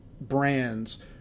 brands